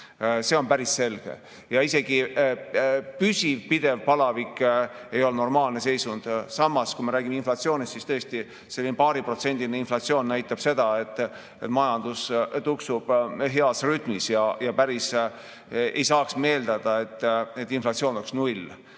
see on päris selge. Isegi püsiv, pidev palavik ei ole normaalne seisund. Samas, kui me räägime inflatsioonist, siis tõesti selline paariprotsendiline inflatsioon näitab seda, et majandus tuksub heas rütmis, ja ega me päris ei saaks eeldada, et inflatsioon võiks olla